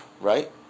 Right